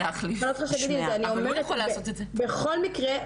בכל מקרה,